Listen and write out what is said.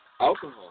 alcohol